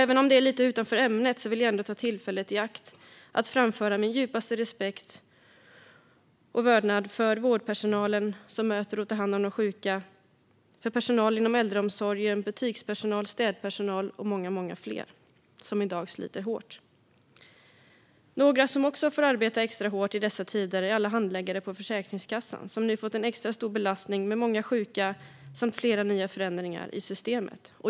Även om det ligger lite utanför ämnet vill jag ta tillfället i akt att uttrycka min djupaste respekt och vördnad för den vårdpersonal som möter och tar hand om de sjuka, för personalen inom äldreomsorgen samt för butikspersonal, städpersonal och många, många fler som i dag sliter hårt. Några som också får arbeta extra hårt i dessa tider är alla handläggare på Försäkringskassan, som nu har fått en extra stor belastning i form av många sjuka och flera nya förändringar i systemet.